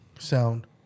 Sound